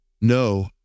No